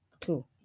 two